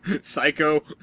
Psycho